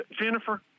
Jennifer